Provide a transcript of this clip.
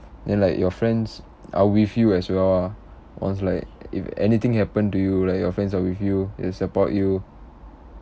then like your friends are with you as well ah once like if anything happen to you like your friends are with you they'll support you